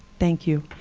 thank you.